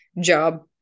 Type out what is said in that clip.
job